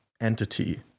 entity